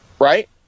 Right